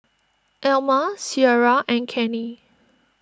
Elma Ciera and Kenney